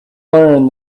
learned